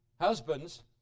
Husbands